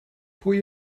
pwy